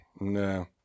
no